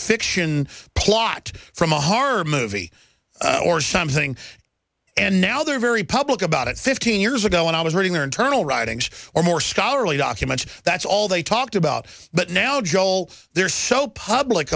fiction plot from a harm movie or something and now they're very public about it fifteen years ago when i was reading their internal writings or more scholarly document that's all they talked about but now joel they're so public